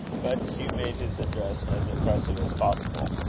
but hugh made his address as impressive as possible.